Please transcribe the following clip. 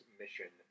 mission